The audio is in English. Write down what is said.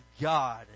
God